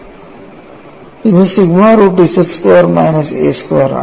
ഇത് sigma root z square minus a square ആണ്